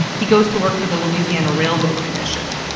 he goes to work for the louisiana railroad commission.